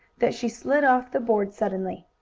that she slid off the board suddenly.